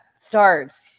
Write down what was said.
starts